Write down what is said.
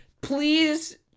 please